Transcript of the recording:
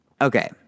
Okay